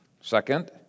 Second